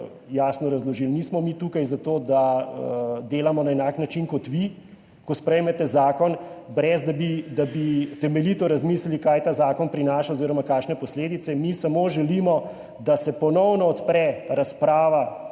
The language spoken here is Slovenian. razložili. Nismo mi tu zato, da delamo na enak način kot vi, ko sprejmete zakon, brez da bi temeljito razmislili, kaj ta zakon prinaša oziroma kakšne posledice, mi samo želimo, da se ponovno odpre razprava